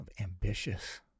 Ambitious